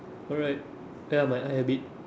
alright where are my